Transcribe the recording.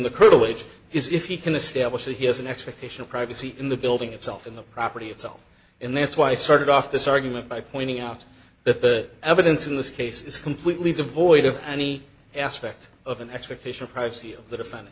the critter wage is if he can establish that he has an expectation of privacy in the building itself in the property itself and that's why i started off this argument by pointing out that the evidence in this case is completely devoid of any aspect of an expectation of privacy of th